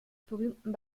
berühmten